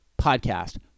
Podcast